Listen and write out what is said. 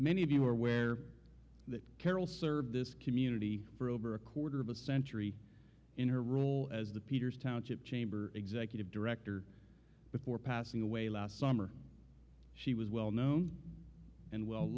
many of you are aware that carol served this community for over a quarter of a century in her role as the peters township chamber executive director before passing away last summer she was well known and well